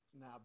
Now